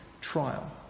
trial